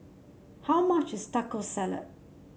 how much is Taco Salad